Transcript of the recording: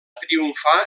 triomfar